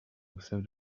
observe